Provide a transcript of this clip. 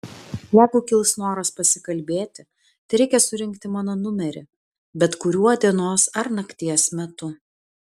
jeigu kils noras pasikalbėti tereikia surinkti mano numerį bet kuriuo dienos ar nakties metu